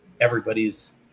everybody's